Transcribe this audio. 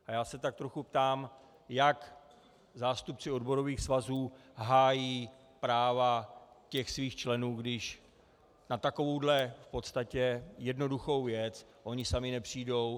A já se tak trochu ptám, jak zástupci odborových svazů hájí práva svých členů, když na takovouhle v podstatě jednoduchou věc oni sami nepřijdou.